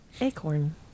Acorn